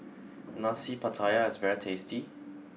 Nasi Pattaya is very tasty